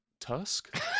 Tusk